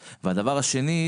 והשני,